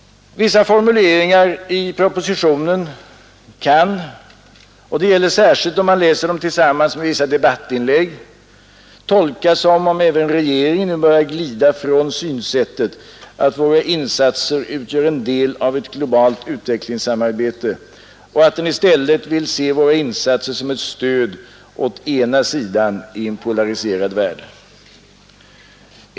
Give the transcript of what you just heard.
Vissa formuleringar i propositionen kan, särskilt om de läses tillsammans med vissa debattinlägg, tolkas som om även regeringen nu börjar glida från synsättet att våra insatser utgör en del av ett globalt utvecklingssamarbete och att den i stället vill se våra insatser som ett stöd åt ena sidan i en polariserad värld.